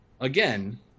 again